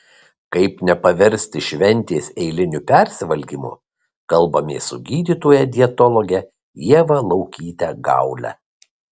kaip nepaversti šventės eiliniu persivalgymu kalbamės su gydytoja dietologe ieva laukyte gaule